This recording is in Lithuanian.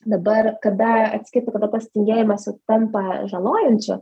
dabar kada atskirti kada tas tingėjimas jau tampa žalojančiu